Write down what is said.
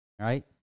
Right